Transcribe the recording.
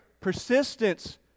persistence